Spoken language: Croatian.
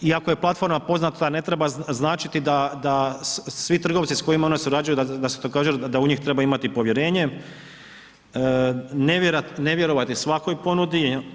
Iako je platforma poznata ne treba značiti da, da svi trgovci s kojima ona surađuje da su također, da u njih treba imati povjerenje, ne vjerovati svakoj ponudi.